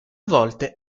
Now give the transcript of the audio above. volte